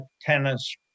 tennis